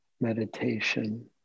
meditation